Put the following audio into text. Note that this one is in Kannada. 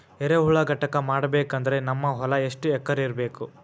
ಎರೆಹುಳ ಘಟಕ ಮಾಡಬೇಕಂದ್ರೆ ನಮ್ಮ ಹೊಲ ಎಷ್ಟು ಎಕರ್ ಇರಬೇಕು?